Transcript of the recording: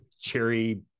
cherry